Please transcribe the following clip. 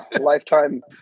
lifetime